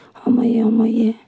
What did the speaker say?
সময়ে সময়ে